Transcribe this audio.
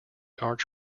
arch